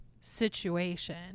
situation